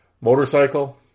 motorcycle